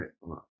right